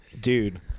Dude